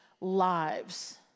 lives